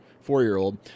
four-year-old